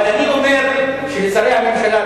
אבל אני אומר שלצערי הממשלה,